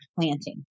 planting